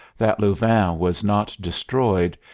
that louvain was not destroyed,